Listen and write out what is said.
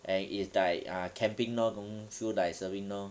and it's like uh camping lor don't feel like serving lor